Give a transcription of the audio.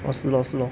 ah 是 lor 是 lor